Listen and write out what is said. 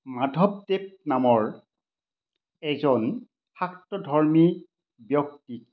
মাধৱদেৱ নামৰ এজন শাক্তধৰ্মী ব্যক্তিক